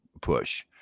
push